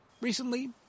Recently